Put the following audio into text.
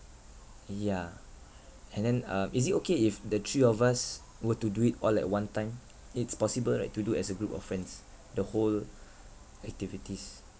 yeah and then uh is it okay if the three of us were to do it all at one time it's possible right to do as a group of friends the whole activities